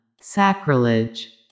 Sacrilege